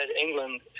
England